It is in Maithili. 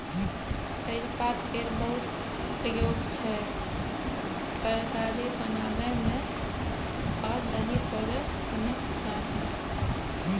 तेजपात केर बहुत प्रयोग छै तरकारी बनाबै मे आ दही पोरय सनक काज मे